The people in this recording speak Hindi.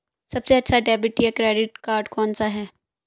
सबसे अच्छा डेबिट या क्रेडिट कार्ड कौन सा है?